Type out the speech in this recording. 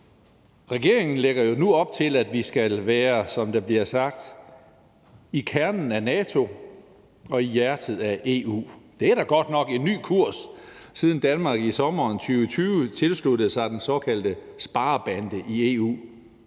Regeringen lægger jo nu op til, at vi skal være, som det bliver sagt, i kernen af NATO og i hjertet af EU. Det er da godt nok en ny kurs, siden Danmark i sommeren 2020 tilsluttede sig den såkaldte sparebande i EU.